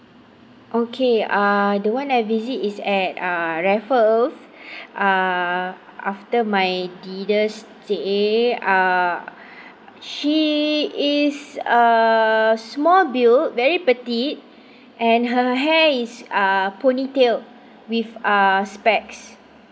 okay uh the one I visit is at uh raffles uh after my toddler say uh she is a small built very petite and her hair is uh ponytail with a specs